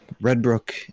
Redbrook